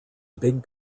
big